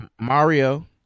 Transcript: Mario